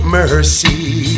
mercy